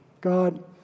God